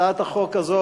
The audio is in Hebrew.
הצעת החוק הזו,